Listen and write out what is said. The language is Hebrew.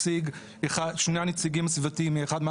ששני הנציגים הסביבתיים שאחד הוא